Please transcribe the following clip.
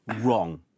wrong